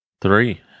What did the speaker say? three